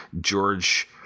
George